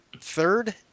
third